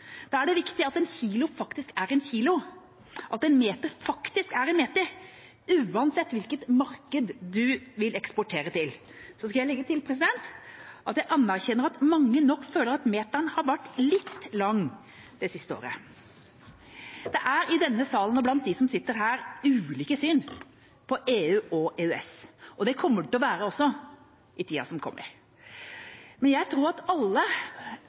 Da er det viktig at en kilo faktisk er en kilo, og at en meter faktisk er en meter, uansett hvilket marked du vil eksportere til. Så skal jeg legge til at jeg anerkjenner at mange nok føler at meteren har vært litt lang det siste året. Det er blant dem som sitter i denne salen, ulike syn på EU og EØS. Det kommer det også til å være i tida som kommer, men jeg tror at alle